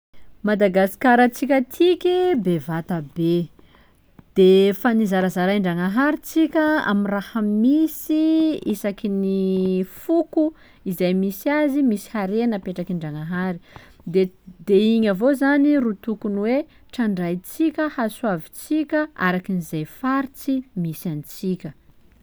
Madagasikarantsika tiky bevata be, de efa nizarazarain-dRagnahary tsika amy raha misy isaky ny foko, izay misy azy misy haregna apetraky Ndragnahary; de- de igny avao zany ro tokony hoe trandrahitsika, hasoavitsika arak'izay faritsy misy antsika.